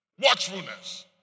Watchfulness